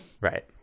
Right